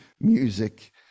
music